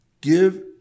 give